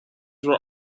were